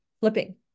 flipping